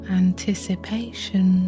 anticipation